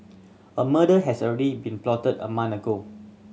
a murder has already been plotted a man ago